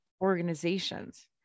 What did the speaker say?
organizations